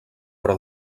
però